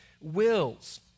wills